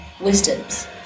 wisdoms